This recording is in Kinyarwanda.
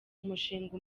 umushinga